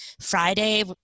Friday